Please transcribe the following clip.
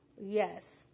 Yes